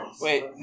Wait